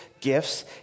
gifts